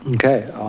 and okay,